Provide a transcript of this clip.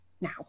now